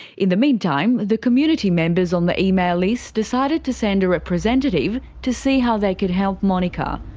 in the meantime, the community members on the email list decided to send a representative to see how they could help monika.